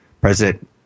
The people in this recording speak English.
President